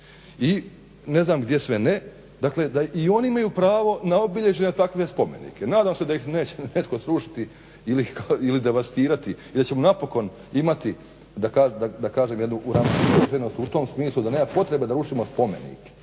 i ne znam gdje sve ne dakle da i oni imaju pravo na obilježja, takve spomenike. Nadam se da ih neće netko srušiti ili devastirati i da ćemo napokon imati jednu uravnoteženost u tom smislu da nema potrebe da rušimo spomenike.